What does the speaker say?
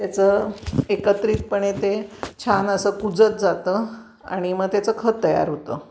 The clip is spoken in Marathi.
त्याचं एकत्रितपणे ते छान असं कुजत जातं आणि मग त्याचं खत तयार होतं